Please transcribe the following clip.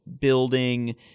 building